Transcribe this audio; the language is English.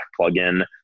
plugin